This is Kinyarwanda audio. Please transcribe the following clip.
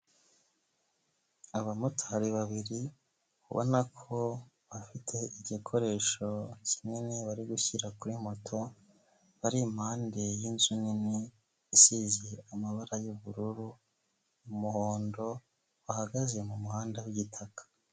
Abamotari babiri ubona ko bafite igikoresho kinini bari gushyira kuri moto, bari impande y'inzu nini isize amabara y'ubururu, umuhondo, bahagaze mu muhanda w'igitaka.